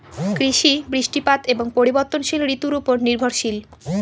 কৃষি বৃষ্টিপাত এবং পরিবর্তনশীল ঋতুর উপর নির্ভরশীল